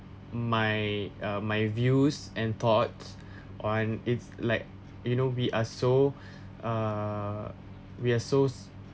my uh my views and thoughts on it's like you know we are so uh we are so